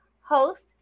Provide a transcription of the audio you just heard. host